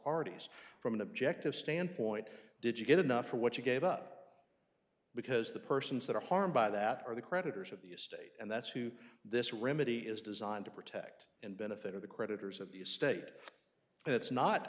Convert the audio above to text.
parties from an objective standpoint did you get enough for what you gave up because the persons that are harmed by that are the creditors of the estate and that's who this remedy is designed to protect and benefit or the creditors of the state and it's not